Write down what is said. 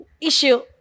issue